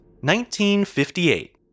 1958